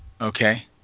Okay